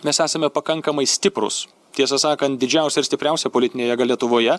mes esame pakankamai stiprūs tiesą sakant didžiausia ir stipriausia politinė jėga lietuvoje